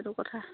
সেইটো কথা